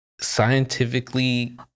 scientifically